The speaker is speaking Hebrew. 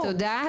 נכון, תודה.